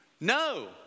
No